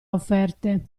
offerte